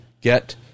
get